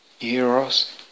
Eros